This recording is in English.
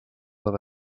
with